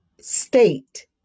state